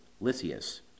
Lysias